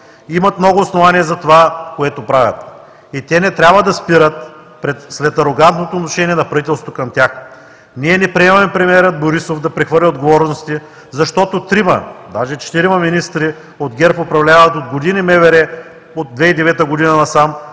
имат много основания за това, което правят. Те не трябва да спират след арогантното отношение на правителството към тях. Ние не приемаме премиерът Борисов да прехвърля отговорности, защото трима, даже четирима министри от ГЕРБ управляват от години МВР – от 2009 г. насам,